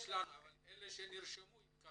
אבל קודם אלה שנרשמו מדברים.